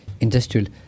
industrial